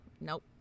Nope